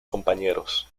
compañeros